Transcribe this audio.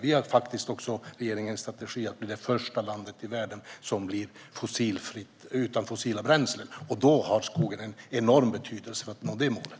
I regeringens strategi ingår att vi ska bli det första landet i världen utan fossila bränslen, och skogen är av enorm betydelse för att vi ska nå det målet.